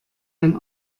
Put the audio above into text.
ein